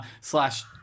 slash